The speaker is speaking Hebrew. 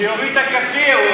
אז שיוריד את הכאפיה.